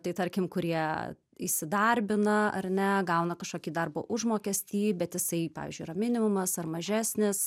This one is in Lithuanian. tai tarkim kurie įsidarbina ar ne gauna kažkokį darbo užmokestį bet jisai pavyzdžiui yra minimumas ar mažesnis